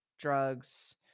drugs